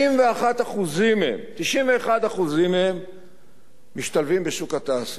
91% מהם משתלבים בשוק התעסוקה.